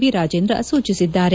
V Rajendra ಸೂಚಿಸಿದ್ದಾರೆ